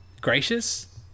gracious